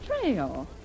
trail